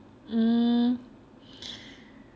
um